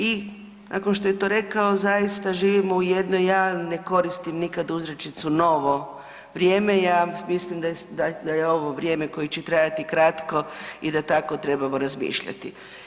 I nakon što je to rekao zaista živimo u jednoj, ja ne koristim nikada uzrečicu novo vrijeme, ja mislim da je ovo vrijeme koje će trajati kratko i da tako trebamo razmišljati.